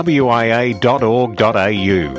wia.org.au